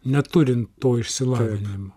neturint to išsilavinimo